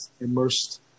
immersed